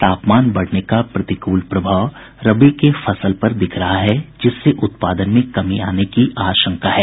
तापमान बढ़ने का प्रतिकूल प्रभाव रबी के फसल पर दिख रहा है जिससे उत्पादन में कमी आने की आशंका है